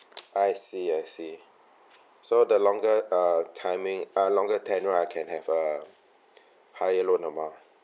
I see I see so the longer uh timing uh longer tenure I can have a higher loan amount